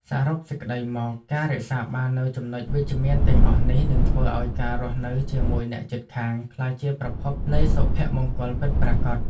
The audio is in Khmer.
សរុបសេចក្តីមក ការរក្សាបាននូវចំណុចវិជ្ជមានទាំងអស់នេះនឹងធ្វើឱ្យការរស់នៅជាមួយអ្នកជិតខាងក្លាយជាប្រភពនៃសុភមង្គលពិតប្រាកដ។